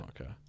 okay